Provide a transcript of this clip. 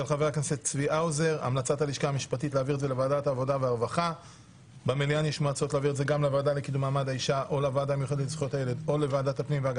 נשמעו הצעות במליאה להעביר את הצעת החוק גם לוועדת הכספים,